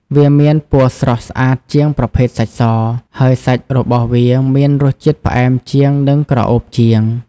វាមានពណ៌ស្រស់ស្អាតជាងប្រភេទសាច់ស ហើយសាច់របស់វាមានរសជាតិផ្អែមជាង និងក្រអូបជាង។